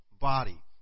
body